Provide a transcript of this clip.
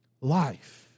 life